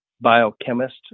biochemist